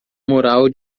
mural